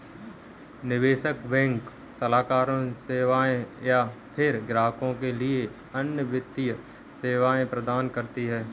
निवेश बैंक सलाहकार सेवाएँ या फ़िर ग्राहकों के लिए अन्य वित्तीय सेवाएँ प्रदान करती है